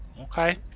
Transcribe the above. okay